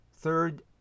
Third